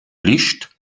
licht